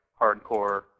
hardcore